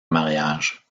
mariage